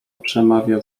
przemawia